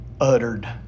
uttered